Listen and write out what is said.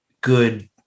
good